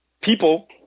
people